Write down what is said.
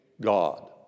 God